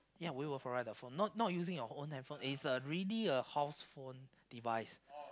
ya we will provide the phone not not using your own hand phone is really a house phone device